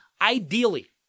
ideally